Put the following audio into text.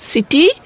City